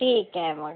ठीक आहे मग